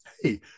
hey